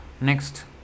Next